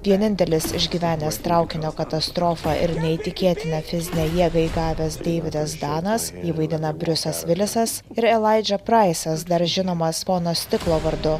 vienintelis išgyvenęs traukinio katastrofą ir neįtikėtiną fizinę jėgą įgavęs deividas danas jį vaidina briusas vilisas ir elaidža praisas dar žinomas pono stiklo vardu